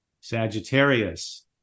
Sagittarius